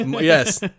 Yes